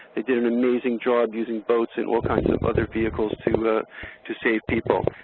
they did an amazing job using boats and kinds of other vehicles to to save people.